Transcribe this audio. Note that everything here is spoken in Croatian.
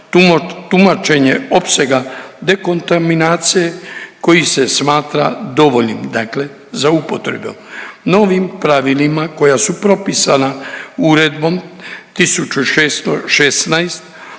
tumačenje opsega dekontaminacije koji se smatra dovoljnim, dakle za upotrebu. Novim pravilima koja su propisana Uredbom 1616